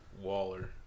Waller